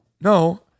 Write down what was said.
No